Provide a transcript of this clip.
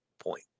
point